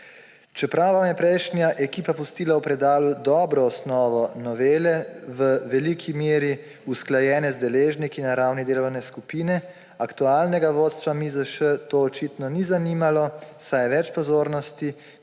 Čeprav vam je prejšnja ekipa pustila v predalu dobro osnovo novele, v veliki meri usklajene z deležniki na ravni delovne skupine, aktualnega vodstva MIZŠ to očitno ni zanimalo, saj je več pozornosti